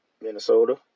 Minnesota